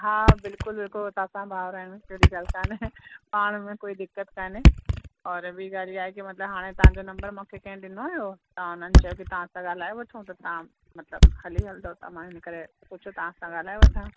हा बिल्कुलु बिल्कुलु असां त ॿार आहियूं अहिड़ी ॻाल्हि कोन्ह पाण में कोई दिक़तु कोन्हे और ॿी ॻाल्हि हीअ आहे की मतिलब हाणे तव्हांजो नम्बर मूंखे कंहिं ॾिनो हुयो त हुननि चयो की तव्हां सां ॻाल्हाए वठूं त तव्हां मतिलब हली हलंदव त मां इन करे सोचो तव्हां सां ॻाल्हाए वठां